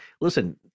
listen